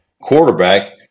quarterback